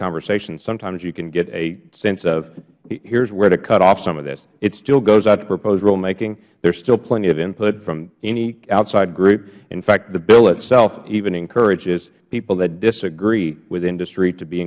conversation sometimes you can get a sense of here is where to cut off some of this it still goes out to proposed rule making there is still plenty of input from any outside group in fact the bill itself even encourages people that disagree with industry to be